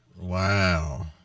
Wow